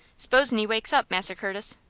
s'pos'n he wakes up, massa curtis?